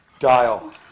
Dial